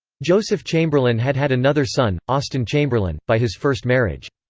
joseph chamberlain had had another son, austen chamberlain, by his first marriage.